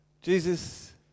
Jesus